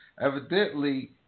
Evidently